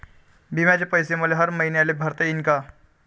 बिम्याचे पैसे मले हर मईन्याले भरता येईन का?